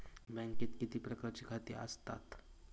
बँकेत किती प्रकारची खाती आसतात?